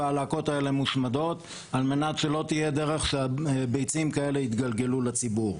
והלקות האלה מושמדות על מנת שלא תהיה דרך שביצים כאלה יתגלגלו לציבור.